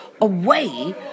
away